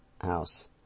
house